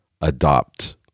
adopt